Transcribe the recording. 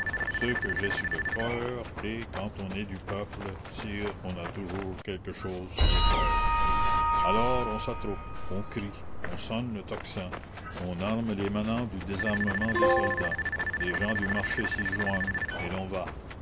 ce que j'ai sur le coeur et quand on est du peuple sire on a toujours quelque chose sur le coeur alors on s'attroupe on crie on sonne le tocsin on arme les manants du désarmement des soldats les gens du marché s'y joignent et l'on va